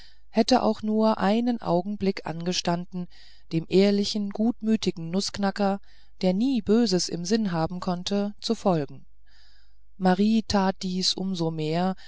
hätte auch nur einen augenblick angestanden dem ehrlichen gutmütigen nußknacker der nie böses im sinn haben konnte zu folgen marie tat dies umsomehr da